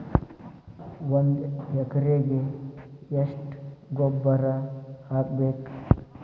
ಒಂದ್ ಎಕರೆಗೆ ಎಷ್ಟ ಗೊಬ್ಬರ ಹಾಕ್ಬೇಕ್?